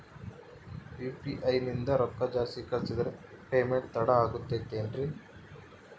UPI ನಿಂದ ರೊಕ್ಕ ಜಾಸ್ತಿ ಕಳಿಸಿದರೆ ಪೇಮೆಂಟ್ ತಡ ಆಗುತ್ತದೆ ಎನ್ರಿ?